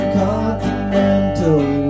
continental